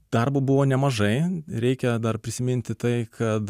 darbo buvo nemažai reikia dar prisiminti tai kad